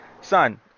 Son